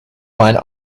one